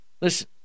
listen